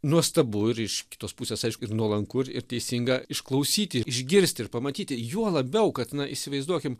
nuostabu ir iš kitos pusės aišku ir nuolanku ir ir teisinga išklausyti išgirsti ir pamatyti juo labiau kad na įsivaizduokim